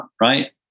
Right